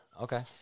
Okay